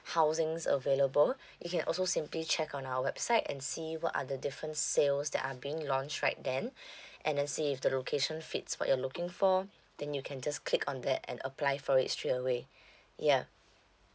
housings available you can also simply check on our website and see what are the different sales that are being launched right then and then see if the location fits what you're looking for then you can just click on that and apply for it straight away yeah